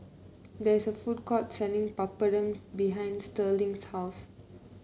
there is a food court selling Papadum behind Sterling's house